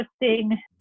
interesting